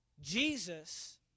Jesus